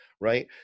right